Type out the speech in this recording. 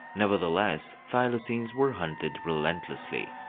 nevertheless, thylacines were hunted relentlessly.